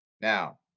Now